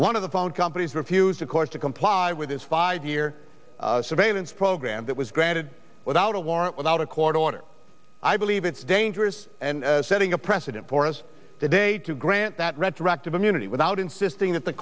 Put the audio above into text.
companies one of the phone companies refuse of course to comply with this five year surveillance program that was granted without a warrant without a court order i believe it's dangerous and setting a precedent for us today to grant that retroactive immunity without insisting that the